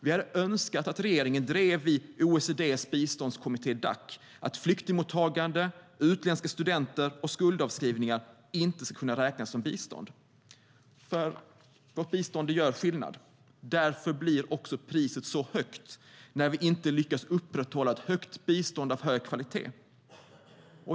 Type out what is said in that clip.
Vi hade önskat att regeringen i OECD:s biståndskommitté Dac drev att flyktingmottagande, studier för utländska studenter och skuldavskrivningar inte ska kunna räknas som bistånd. Vårt bistånd gör skillnad. Därför blir också priset så högt när vi inte lyckas upprätthålla ett högt bistånd av hög kvalitet.